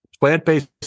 Plant-Based